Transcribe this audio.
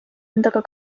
endaga